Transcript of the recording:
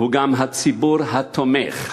הוא גם הציבור התומך,